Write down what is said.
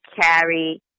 carry